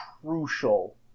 crucial